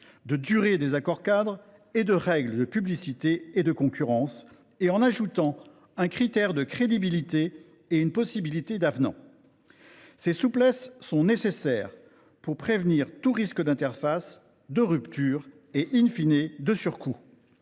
de durée des accords cadres et de règles de publicité et de concurrence, et en ajoutant un critère de crédibilité et une possibilité d’avenant. Ces souplesses sont nécessaires pour prévenir tout risque d’interface, de rupture et,, de surcoût.